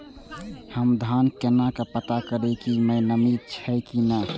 हम धान के केना पता करिए की ई में नमी छे की ने?